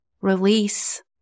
release